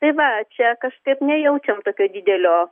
tai va čia kažkaip nejaučiam tokio didelio